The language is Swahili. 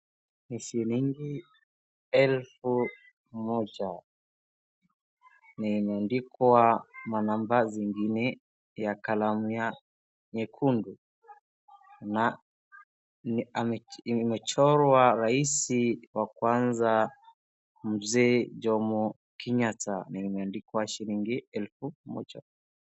Ni shilingi elfu moja, na imeandikwa manamba zingine ya kalamu nyekundu. Na ni, ame, imechorwa rais wa kwanza Mzee Jomo Kenyatta, na imeandikwa shilingi elfu moja.